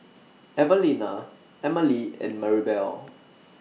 Evelena Emely and Maribel